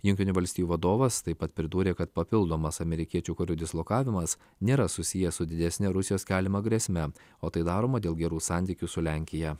jungtinių valstijų vadovas taip pat pridūrė kad papildomas amerikiečių karių dislokavimas nėra susijęs su didesne rusijos keliama grėsme o tai daroma dėl gerų santykių su lenkija